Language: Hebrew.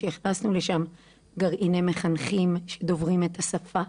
הכנסנו לשם גרעיני מחנכים שדוברים את השפה,